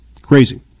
Crazy